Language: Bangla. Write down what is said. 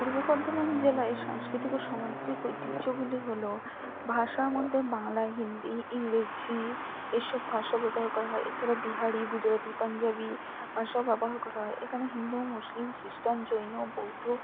পূর্ব বর্ধমান জেলায় সাংস্কৃতিক ও সামাজিক ঐতিহ্যগুলি হলো ভাষার মধ্যে বাংলা হিন্দি ইংরেজি এসব ভাষা ব্যবহার করা হয় এছাড়া বিহারি গুজরাটি পাঞ্জাবি ভাষাও ব্যবহার করা হয় এখানে হিন্দু মুসলিম খ্রিস্টান জৈন বৌদ্ধ